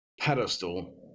pedestal